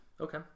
Okay